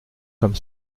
comme